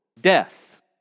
death